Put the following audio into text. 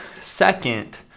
Second